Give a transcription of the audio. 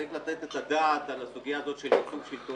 צריך לתת את הדעת על הסוגיה של --- שלטוני,